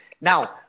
now